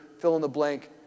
fill-in-the-blank